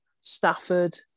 Stafford